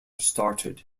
started